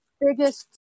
biggest